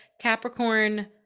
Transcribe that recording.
Capricorn